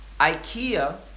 IKEA